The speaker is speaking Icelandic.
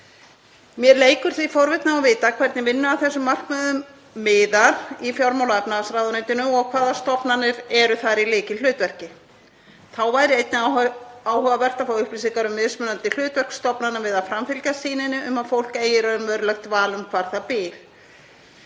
Mér leikur því forvitni á að vita hvernig vinnu að þessum markmiðum miðar í fjármála- og efnahagsráðuneytinu og hvaða stofnanir eru þar í lykilhlutverki. Þá væri einnig áhugavert að fá upplýsingar um mismunandi hlutverk stofnana við að framfylgja sýninni um að fólk eigi raunverulegt val um hvar það býr.